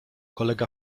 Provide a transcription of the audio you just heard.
kolega